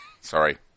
Sorry